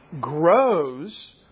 grows